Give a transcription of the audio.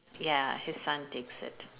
ya his son takes it